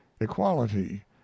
equality